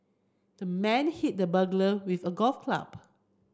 the man hit the burglar with a golf club